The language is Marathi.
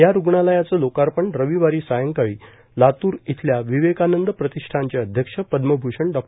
या रुग्णालयाचे लोकार्पण रविवारी सायंकाळी लातूर येथील विवेकानंद प्रतिष्ठानचे अध्यक्ष पद्मभूषण डॉ